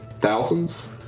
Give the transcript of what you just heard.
thousands